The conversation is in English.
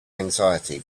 anxiety